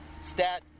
stat